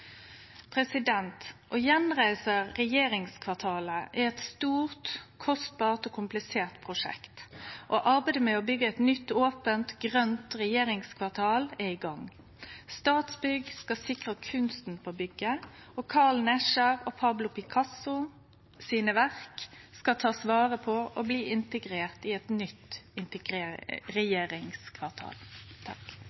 Å gjenreise regjeringskvartalet er eit stort, kostbart og komplisert prosjekt. Arbeidet med å byggje eit nytt, ope og grønt regjeringskvartal er i gang. Statsbygg skal sikre kunsten på bygget. Verka til Carl Nesjar og Pablo Picasso skal ein ta vare på og integrere i eit nytt